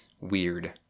weird